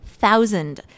thousand